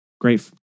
Great